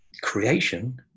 creation